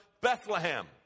Bethlehem